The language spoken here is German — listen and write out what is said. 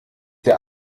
der